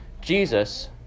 jesus